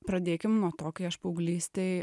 pradėkim nuo to kai aš paauglystėj